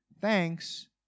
thanks